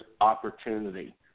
opportunity